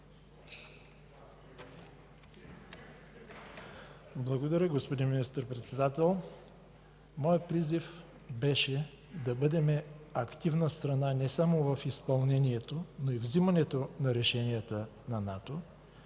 Благодаря, господин министър-председател. Моят призив беше да бъдем активна страна не само в изпълнението, но и във вземането на решенията на НАТО,